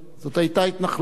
זאת היתה התנחלות,